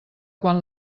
quan